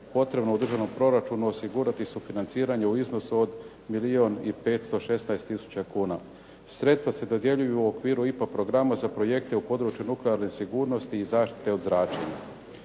potrebno u državnom proračunu osigurati sufinanciranje u iznosu od milijun i 516 tisuća kuna. Sredstva se dodjeljuju u okviru IPA programa za projekte u području nuklearne sigurnosti i zašite od zračenja.